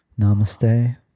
Namaste